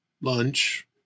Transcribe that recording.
lunch